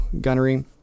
gunnery